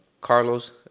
Carlos